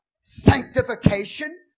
sanctification